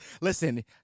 listen